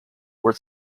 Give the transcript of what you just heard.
were